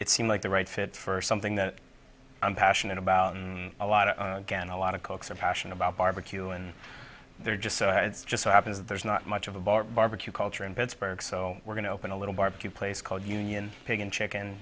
it seemed like the right fit for something that i'm passionate about a lot of again a lot of cooks a passion about barbecue and they're just so it's just so happens that there's not much of a bar barbecue culture in pittsburgh so we're going to open a little barbecue place called union pig and chicken